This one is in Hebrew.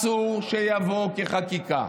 אסור שיבוא כחקיקה.